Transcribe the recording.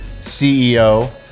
CEO